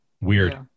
Weird